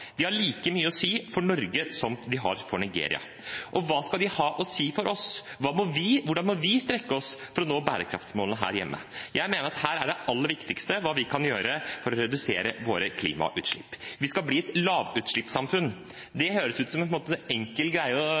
De har like mye å si for Norge som de har for Nigeria. Hva skal de ha å si for oss? Hvordan må vi strekke oss for å nå bærekraftsmålene her hjemme? Jeg mener at her er det aller viktigste vi kan gjøre for å redusere våre klimagassutslipp: Vi skal bli et lavutslippssamfunn. Det høres ut som en enkel ting å si, men sannheten er at det er en